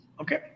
Okay